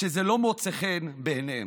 שזה לא מוצא חן בעיניהם,